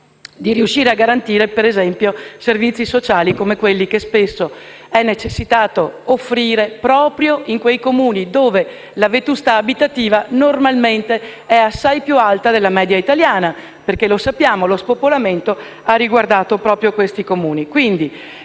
di riuscire a garantire servizi sociali come quelli che spesso sono necessari proprio in quei Comuni dove la vetustà abitativa normalmente è assai più alta della media italiana, perché - lo sappiamo - lo spopolamento li ha riguardati proprio direttamente.